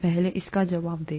पहले इसका जवाब दें